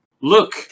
look